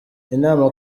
inama